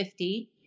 50